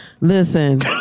Listen